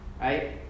Right